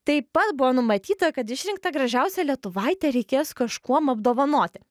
taip pat buvo numatyta kad išrinktą gražiausią lietuvaitę reikės kažkuom apdovanoti